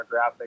demographic